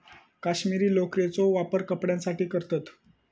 कश्मीरी लोकरेचो वापर कपड्यांसाठी करतत